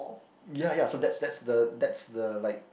ya ya so that's that's the that's the like